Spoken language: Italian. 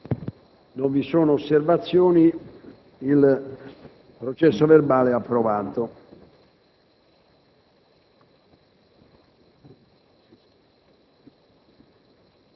Non essendovi osservazioni, il processo verbale è approvato.